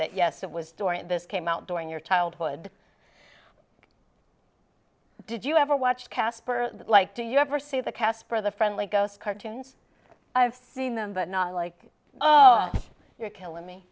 that yes it was during this came out during your childhood did you ever watch casper like do you ever see the casper the friendly ghost cartoons i've seen them but not like oh you're killing me